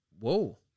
Whoa